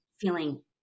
feeling